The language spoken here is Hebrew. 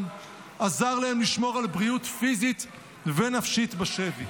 עזר להם לשמור על בריאות פיזית ונפשית בשבי.